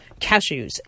cashews